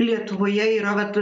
lietuvoje yra vat